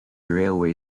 railway